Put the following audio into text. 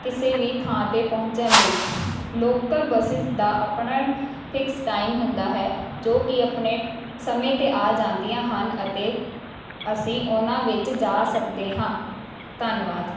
ਕਿਸੇ ਵੀ ਥਾਂ 'ਤੇ ਪਹੁੰਚਣ ਲਈ ਲੋਕਲ ਬੱਸਿਸ ਦਾ ਆਪਣਾ ਫਿਕਸ ਟਾਈਮ ਹੁੰਦਾ ਹੈ ਜੋ ਕਿ ਆਪਣੇ ਸਮੇਂ 'ਤੇ ਆ ਜਾਂਦੀਆਂ ਹਨ ਅਤੇ ਅਸੀਂ ਉਹਨਾਂ ਵਿੱਚ ਜਾ ਸਕਦੇ ਹਾਂ ਧੰਨਵਾਦ